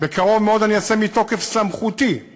בקרוב מאוד אני אעשה מתוקף סמכותי,